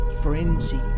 Frenzy